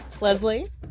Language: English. Leslie